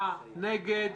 הצבעה בעד, 5 נגד,